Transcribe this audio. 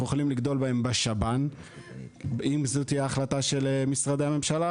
אנחנו יכולים לגדול בהם בשב"ן אם זאת תהיה החלטת משרדי הממשלה.